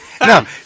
No